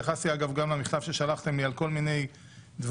התייחסתי גם למכתב ששלחתם לי על כל מיני דברים